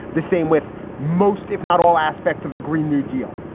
the same with most, if not all aspects of the green new deal.